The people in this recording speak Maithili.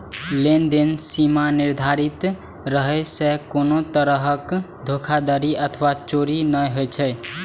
लेनदेन सीमा निर्धारित रहै सं कोनो तरहक धोखाधड़ी अथवा चोरी नै होइ छै